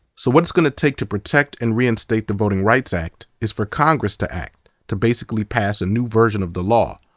so what it's going to take to protect and reinstate the voting rights act is for congress to act, to basically pass a new version of the law.